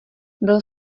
byl